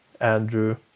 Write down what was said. Andrew